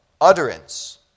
utterance